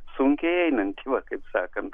sunkiai einanti vat kaip sakant